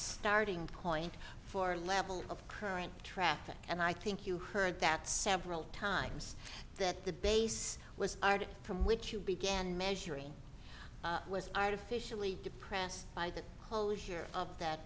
starting point for level of current traffic and i think you heard that several times that the base was hard from which you began measuring it was artificially depressed by the closure of that